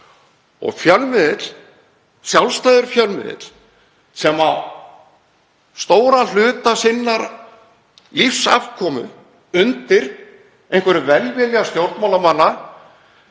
af. Fjölmiðill, sjálfstæður fjölmiðill, sem á stóran hluta sinnar lífsafkomu undir velvilja stjórnmálamanna,